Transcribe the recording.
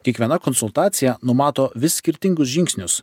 kiekviena konsultacija numato vis skirtingus žingsnius